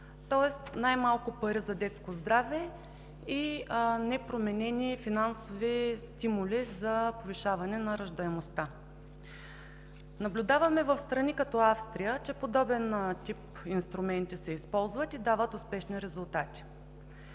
тоест най-малко пари за детско здраве и непроменени финансови стимули за повишаване на раждаемостта. Наблюдаваме в страни като Австрия, че подобен тип инструменти се използват и дават успешни резултати.